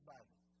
Bible